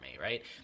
right